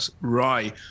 Rye